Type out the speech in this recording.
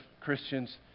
Christians